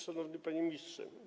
Szanowny Panie Ministrze!